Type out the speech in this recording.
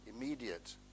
immediate